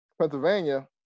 Pennsylvania